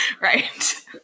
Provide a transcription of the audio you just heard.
Right